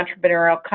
entrepreneurial